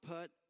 put